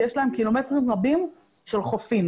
שיש להן קילומטרים רבים של חופים.